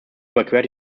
überquert